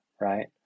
right